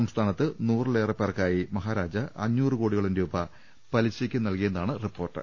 സംസ്ഥാനത്ത് നൂറിലേറെപ്പേർക്കായി മഹാരാജ അഞ്ഞൂറ് കോടിയോളം രൂപ പലിശക്ക് നൽകിയതായാണ് റിപ്പോർട്ട്